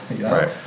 Right